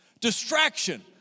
Distraction